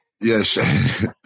Yes